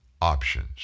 options